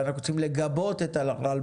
ואנחנו צריכים לגבות את הרלב"ד,